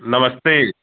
नमस्ते